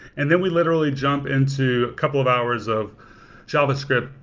and then we literally jump into a couple of hours of javascript.